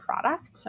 product